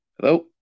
Hello